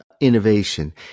innovation